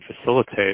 facilitate